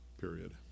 period